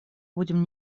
будем